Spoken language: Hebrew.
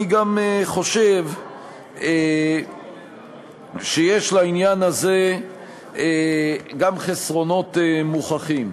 אני גם חושב שיש לעניין הזה גם חסרונות מוכחים.